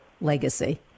legacy